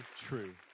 true